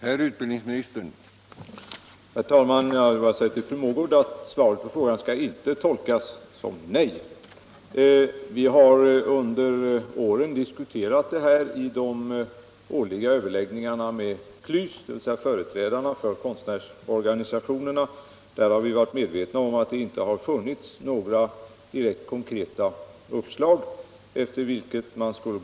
Herr talman! Jag vill bara säga till fru Mogård att svaret på frågan inte skall tolkas som nej. Vi har under åren diskuterat dessa frågor i de årliga överläggningarna med KLYS, dvs. företrädarna för konstnärs = Nr 135 organisationerna. Där har vi varit medvetna om att det inte har funnits Måndagen den några direkta konkreta uppslag, som man skulle kunna följa.